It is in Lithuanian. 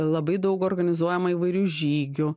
labai daug organizuojama įvairių žygių